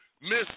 Miss